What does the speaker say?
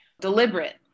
deliberate